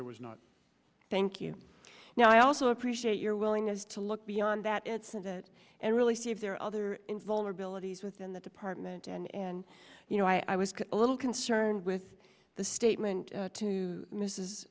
there was not thank you now i also appreciate your willingness to look beyond that it's in that and really see if there are other vulnerabilities within the department and you know i was a little concerned with the statement to mrs